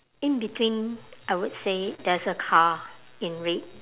in between I would say there's a car in red